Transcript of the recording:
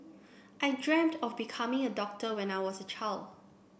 I dreamt of becoming a doctor when I was a child